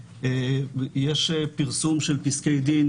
יש פרסום של פסקי דין,